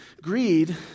Greed